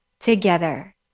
Together